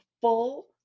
full